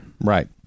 Right